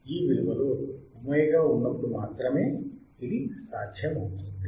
ఈ విలువలో ఒమేగా ఉన్నప్పుడు మాత్రమే ఇది సాధ్యమవుతుంది